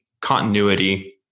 continuity